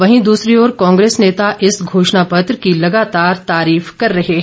वहीं दूसरी ओर कांग्रेस नेता इस घोषणापत्र की लगातार तारीफ कर रहे हैं